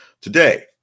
Today